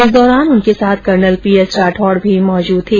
इस दौरान उनके साथ कर्नल पी एस राठौड भी मौजूद थे